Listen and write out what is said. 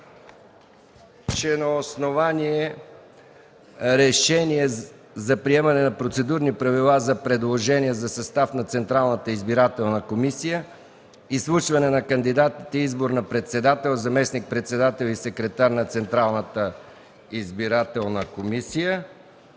че на основание Решение за приемане на процедурни правила за предложение за състав на Централната избирателна комисия (ЦИК), изслушване на кандидатите и избор на председател, заместник-председатели и секретар на Централната избирателна комисия